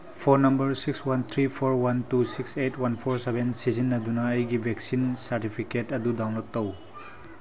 phone number six one three four one two six eight one four seven ꯁꯤꯖꯤꯟꯅꯗꯨꯅ ꯑꯩꯒꯤ vaccine certificate ꯑꯗꯨ download ꯇꯧ